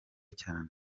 cyane